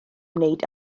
wneud